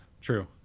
True